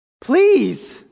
Please